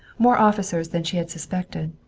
more officers than she had suspected,